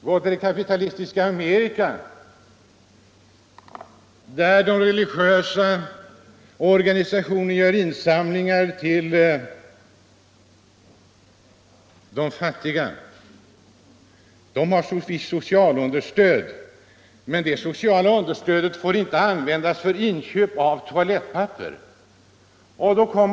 Gå till det kapitalistiska Amerika, där de religiösa organisationerna gör insamlingar till fattiga människor. Dessa fattiga människor har ett visst socialstöd, men detta får inte användas för inköp av toalettpapper.